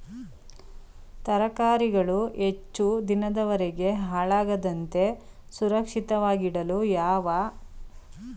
ತರಕಾರಿಗಳು ಹೆಚ್ಚು ದಿನದವರೆಗೆ ಹಾಳಾಗದಂತೆ ಸುರಕ್ಷಿತವಾಗಿಡಲು ಯಾವ ಕ್ರಮ ಅನುಸರಿಸಬೇಕು?